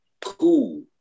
cool